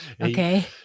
okay